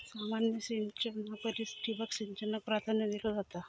सामान्य सिंचना परिस ठिबक सिंचनाक प्राधान्य दिलो जाता